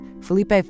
Felipe